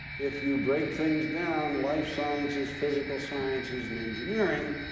if you break things down, life sciences, physical sciences, and engineering,